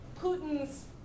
Putin's